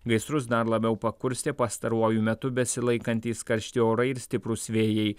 gaisrus dar labiau pakurstė pastaruoju metu besilaikantys karšti orai ir stiprūs vėjai